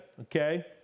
okay